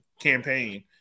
campaign